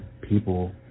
people